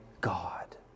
God